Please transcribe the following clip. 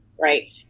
right